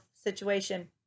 situation